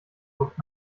luft